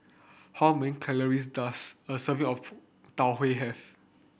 how many calories does a serving of Tau Huay have